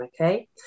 Okay